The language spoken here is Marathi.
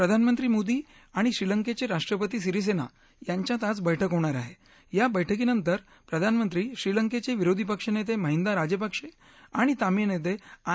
प्रधानमंत्री मोदी आणि श्रीलंक्छा आष्ट्रपती सिरीसद्धी यांच्यात आज बैठक होणार आहा या बैठकीनंतर प्रधानमंत्री श्रीलंक्छा विरोधीपक्षनतामहिंदा राजप्रक्ष आणि तमीळ नताखार